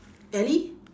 ellie